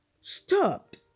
stopped